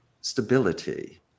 stability